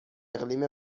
اقلیم